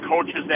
coaches